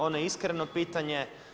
Ono je iskreno pitanje.